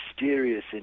mysterious